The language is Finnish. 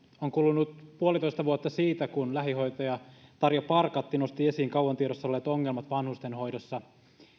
on kulunut puolitoista vuotta siitä kun lähihoitaja tarja parkatti nosti esiin kauan tiedossa olleet ongelmat vanhustenhoidossa